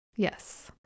Yes